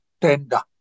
tender